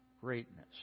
greatness